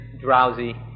drowsy